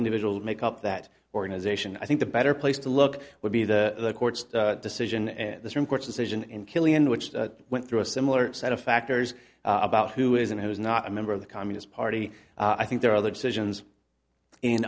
individual make up that organization i think the better place to look would be the court's decision and the court's decision in kilian which went through a similar set of factors about who is and who is not a member of the communist party i think there are other decisions in